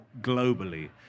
globally